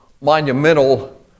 monumental